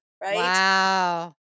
Wow